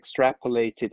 extrapolated